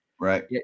right